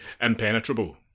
impenetrable